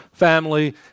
family